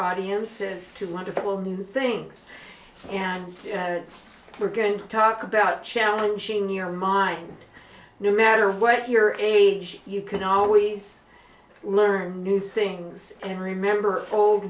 audiences to wonderful new things and we're going to talk about challenging your mind no matter what your age you can always learn new things and remember old